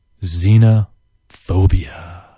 Xenophobia